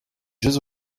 jeux